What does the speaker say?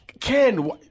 Ken